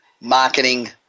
marketing